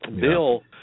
Bill